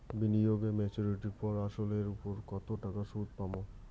বিনিয়োগ এ মেচুরিটির পর আসল এর উপর কতো টাকা সুদ পাম?